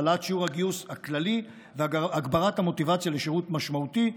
העלאת שיעור הגיוס הכללי והגברת המוטיבציה לשירות משמעותי,